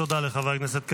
תודה לחבר הכנסת קריב.